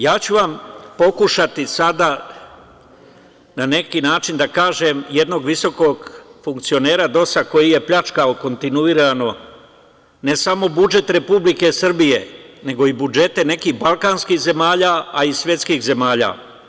Ja ću pokušati sada, na neki način da kažem, jednog visokog funkcionera DOS-a, koji je pljačkao kontinuirano, ne samo budžet Republike Srbije, nego i budžete nekih balkanskih zemalja, a i svetskih zemalja.